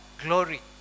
glory